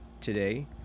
today